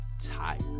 tired